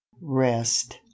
Rest